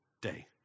day